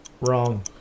Wrong